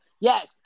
yes